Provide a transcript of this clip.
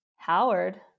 Howard